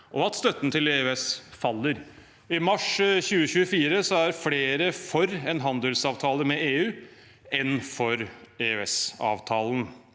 og at støtten til EØS faller. I mars 2024 er det flere for en handelsavtale med EU enn for EØS-avtalen.